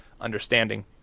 understanding